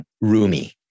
Rumi